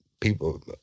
people